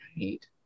right